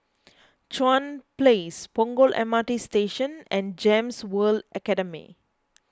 Chuan Place Punggol M R T Station and Gems World Academy